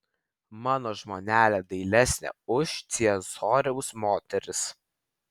mano žmonelė dailesnė už ciesoriaus moteris